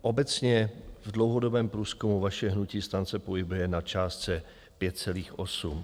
Obecně v dlouhodobém průzkumu vaše hnutí STAN se pohybuje na částce 5,8.